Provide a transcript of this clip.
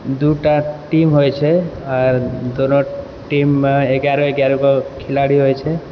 दूटा टीम होइत छै आओर दोनो टीममे एगारह एगारहटा खिलाड़ी होइत छै